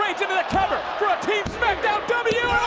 cover for a team smackdown w,